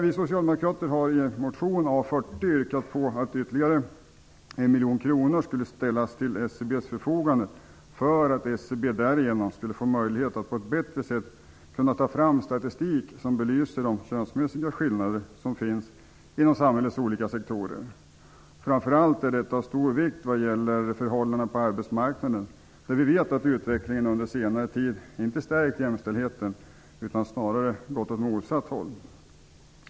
Vi socialdemokrater har i motion A40 yrkat på att ytterligare 1 miljon kronor skulle ställas till SCB:s förfogande för att SCB därigenom skulle få möjlighet att på ett bättre sätt ta fram statistik som belyser de könsmässiga skillnader som finns inom samhällets olika sektorer. Framför allt är detta av stor vikt vad gäller förhållandena på arbetsmarknaden, där vi vet att utvecklingen under senare tid inte stärkt jämställdheten utan snarare gått åt motsatt håll.